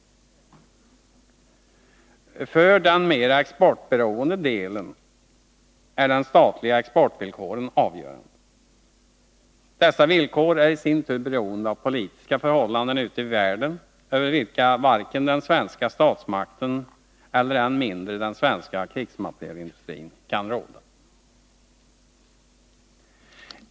För den mera exportberoende delen är de statliga exportvillkoren avgörande. Dessa villkor är i sin tur beroende av politiska förhållanden ut i världen över vilka varken den svenska statsmakten eller än mindre den svenska krigsmaterielindustrin kan råda.